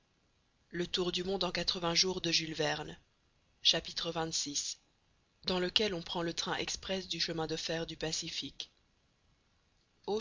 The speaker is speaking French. xxvi dans lequel on prend le train express du chemin de fer du pacifique